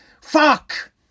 Fuck